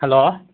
hello